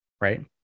Right